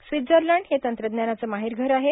Switzerland हे तंत्रज्ञानाचं माहेरघर आहे